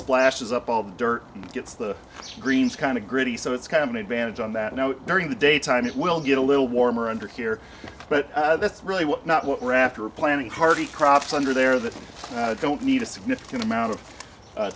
splashes up all the dirt gets the greens kind of gritty so it's kind of an advantage on that note during the daytime it will get a little warmer under here but that's really what not what we're after are planning hardy crops under there that don't need a significant amount of